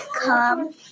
come